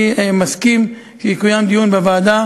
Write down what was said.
אני מסכים לקיים דיון בוועדה